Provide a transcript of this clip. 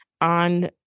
on